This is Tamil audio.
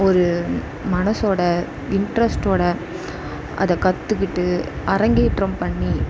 ஒரு மனசோடய இன்ட்ரஸ்டோடய அதைக் கற்றுக்கிட்டு அரங்கேற்றம் பண்ணி